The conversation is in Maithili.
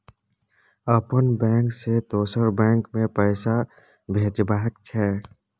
अपन बैंक से दोसर बैंक मे पैसा भेजबाक छै?